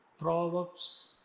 Proverbs